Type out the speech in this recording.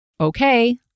Okay